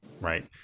right